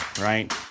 right